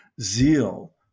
zeal